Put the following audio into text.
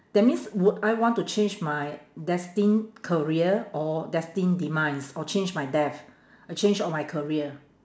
that means would I want to change my destined career or destined demise or change my death uh change or my career